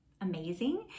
amazing